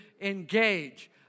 engage